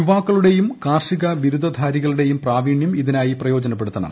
യുവാക്കളുടെയും കാർഷിക ബിരുദധാരികളുടെയും പ്രാവീണ്യം ഇതിനായി പ്രയോജനപ്പെടുത്തണം